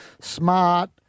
smart